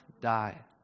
die